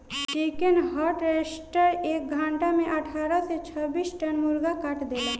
chicken harvester एक घंटा में अठारह से छब्बीस टन मुर्गा काट देला